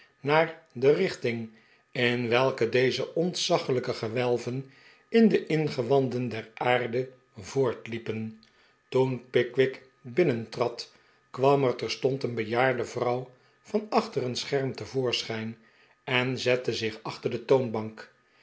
naar de richting in welke deze ontzaglijke gewelven in de ingewanden der aarde voortliepen toen pickwick binnentrad kwam er terstond een be j aarde vrouw van achter een scherm te voorschijn en zette zich achter de toonbank